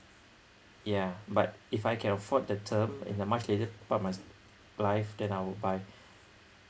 ya but if I can afford the term in a much later part of my life then I would buy